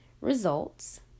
results